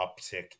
uptick